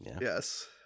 Yes